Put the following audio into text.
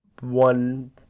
one